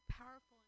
powerful